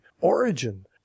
origin